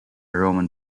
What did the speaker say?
roman